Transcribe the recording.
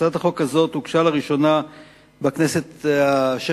הצעת החוק הזאת הוגשה לראשונה בכנסת השש-עשרה,